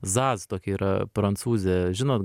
zaz tokia yra prancūzė žinot